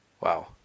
Wow